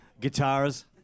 guitars